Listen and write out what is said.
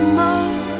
more